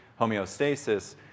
homeostasis